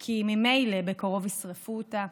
כי ממילא בקרוב ישרפו אותה,